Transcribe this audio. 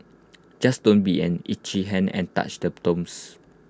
just don't be an itchy hand and touch the tombs